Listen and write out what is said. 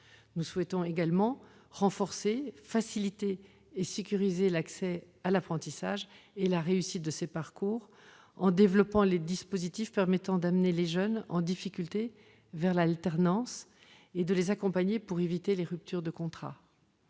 Nous souhaitons également renforcer, faciliter et sécuriser l'accès à l'apprentissage et la réussite de ces parcours en développant les dispositifs permettant d'amener les jeunes en difficulté vers l'alternance, puis de les accompagner, pour éviter les ruptures de contrat.